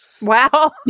Wow